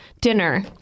dinner